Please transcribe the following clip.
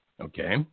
okay